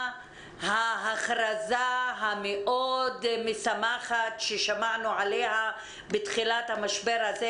ההכרזה המשמחת מאוד ששמענו עליה בתחילת המשבר הזה,